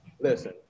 Listen